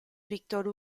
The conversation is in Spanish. víctor